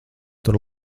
tur